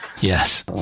Yes